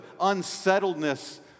unsettledness